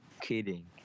kidding